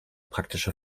praktische